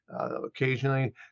Occasionally